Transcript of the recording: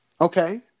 Okay